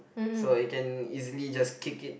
so it can easily just kick it